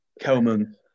Kelman